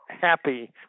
happy